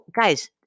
guys